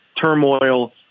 turmoil